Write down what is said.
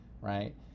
right